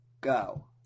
go